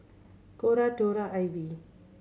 Cora Tory Ivy